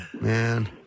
man